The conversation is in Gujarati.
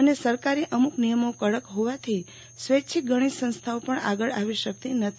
અને સરકારી અમુક નિયમો કડક હોવાથી સ્વૈચ્છિક ઘણી સંસ્થાઓ પણ આગળ આવી શકતી નથી